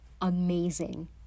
amazing